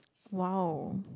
!wow!